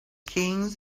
kings